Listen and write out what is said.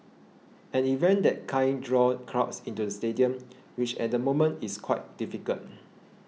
an event that kind draw crowds into the stadium which at the moment is quite difficult